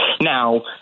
Now